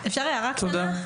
תודה.